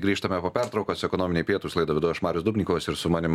grįžtame po pertraukos ekonominiai pietūs laidą vedu aš marius dubnikovas ir su manim